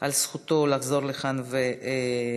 על זכותו לחזור לכאן ולדבר.